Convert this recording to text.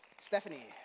Stephanie